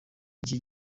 iki